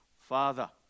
father